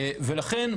לכן,